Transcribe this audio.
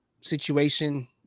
situation